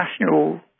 National